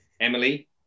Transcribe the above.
Emily